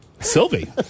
Sylvie